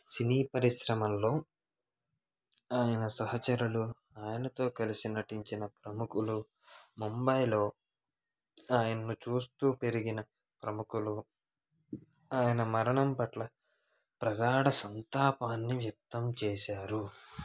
సినీ పరిశ్రమలో ఆయన సహచరులు ఆయనతో కలిసి నటించిన ప్రముఖులు ముంబైలో ఆయనను చూస్తూ పెరిగిన ప్రముఖులు ఆయన మరణం పట్ల ప్రగాఢ సంతాపాన్ని వ్యక్తం చేశారు